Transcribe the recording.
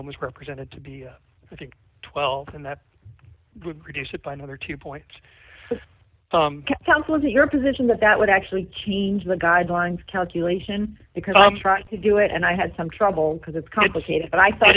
them was represented to be twelve and that would reduce it by another two points sounds was it your position that that would actually change the guidelines calculation because i'm trying to do it and i had some trouble because it's complicated and i thought